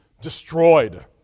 destroyed